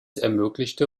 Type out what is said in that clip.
ermöglichte